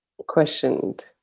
questioned